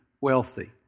wealthy